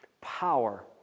power